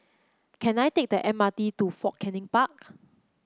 can I take the M R T to Fort Canning Park